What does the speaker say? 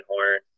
Horn